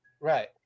Right